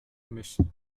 myśli